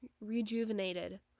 rejuvenated